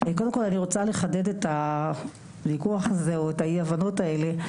רוצה לחדד את הויכוח הזה, או את האי-הבנות האלה.